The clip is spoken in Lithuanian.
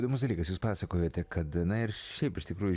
įdomus dalykas jūs pasakojote kad na ir šiaip iš tikrųjų